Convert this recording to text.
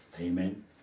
Amen